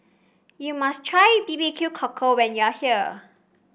you must try B B Q Cockle when you are here